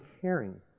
caring